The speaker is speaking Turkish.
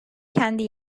kendi